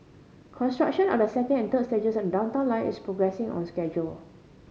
construction of the second and third stages of the Downtown Line is progressing on schedule